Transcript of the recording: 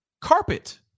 Carpet